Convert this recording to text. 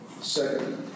Second